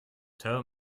tell